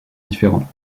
différents